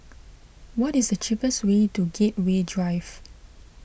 what is the cheapest way to Gateway Drive